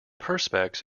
perspex